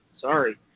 sorry